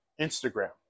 Instagram